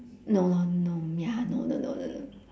no lor no ya no no no no no